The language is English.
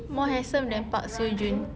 more handsome than park seo jun